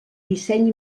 disseny